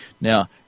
Now